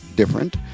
different